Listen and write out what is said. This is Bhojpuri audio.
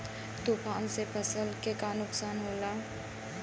तूफान से फसल के का नुकसान हो खेला?